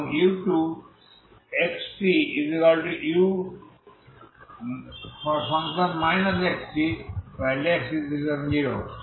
এবং u2xtu xt x0